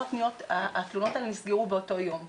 הפניות התלונות האלה נסגרו באותו יום.